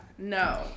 No